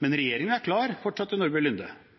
Men regjeringen er klar, fortsatte Nordby Lunde,